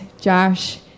Josh